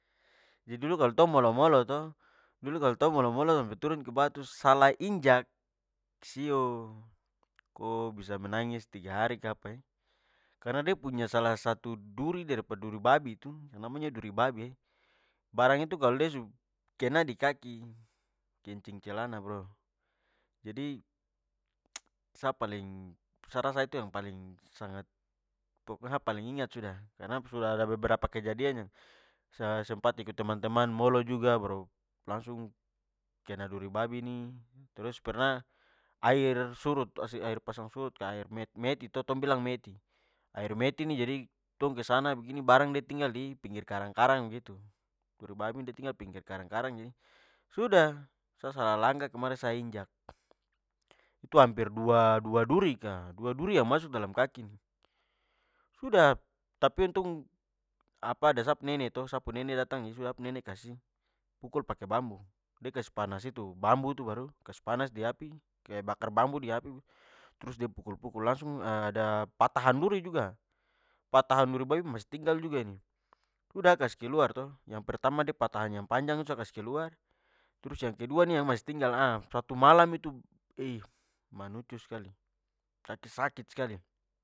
Jadi dulu kalo tong molo-molo to, dulu kalo tong molo-molo- sampe turun ke bawah tu salah injak, sio ko bisa menangis tiga hari kapa e! Karna de punya salah satu duri dari pada duri babi tu namanya duri babi e barang itu kalo de su kena di kaki, kincing celana bro! Jadi, sa paling sa rasa itu yang paling- sangat pokoknya sa paling ingat sudah. Karna sudah ada beberapa kejadian yang sa sempat ikut teman-teman molo juga baru langsung kena duri babi ni. Trus pernah air surut masih air pasang surut ka air meti meti- to, tong bilang meti air meti- nih jadi tong kesana begini barang de tinggal di pinggir karang-karang begitu. Duri babi de tinggal di pinggir karang-karang jadi sudah sa salah langkah kemari sa injak. Itu hamper dua dua duri ka dua duri- yang masuk dalam kaki nih. Sudah, tapi untung apa ada sa pu nene to sa pu nene datang jadi sa pu nene kasih pukul pake bambu. De kasih panas bambu itu baru, kasih panas di api kaya bakar bambu di api trus de pukul-pukul langsung ada patahan duri juga, patahan duri babi masih tinggal juga ini. Sudah, sa kasih keluar to! Yang pertama de patahan yang panjang itu sa kasih keluar, trus yang kedua ini yang masih tinggal. satu malam itu manucu skali. Kaki sakit skali.